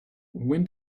when